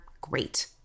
great